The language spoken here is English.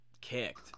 kicked